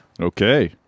Okay